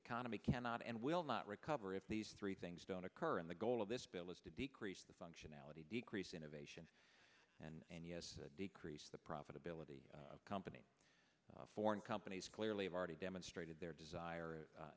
economy cannot and will not recover if these three things don't occur and the goal of this bill is to decrease the functionality decrease innovation and yes decrease the profitability of company foreign companies clearly have already demonstrated their desire